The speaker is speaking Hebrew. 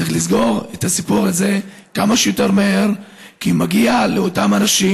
צריך לסגור את הסיפור הזה כמה שיותר מהר כי מגיע לאותם אנשים,